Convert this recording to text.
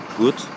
good